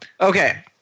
okay